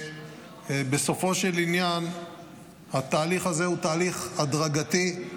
בסופו של עניין התהליך הזה הוא תהליך הדרגתי.